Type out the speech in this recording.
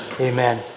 Amen